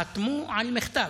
חתמו על מכתב,